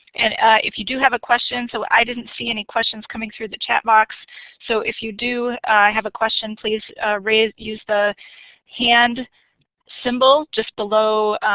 and if you do have a question so i didn't see any questions coming through the chat box so if you do have a question please use the hand symbol just below